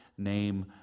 Name